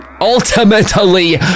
ultimately